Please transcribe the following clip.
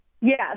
Yes